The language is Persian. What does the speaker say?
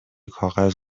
کاغذ